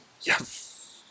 Yes